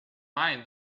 mind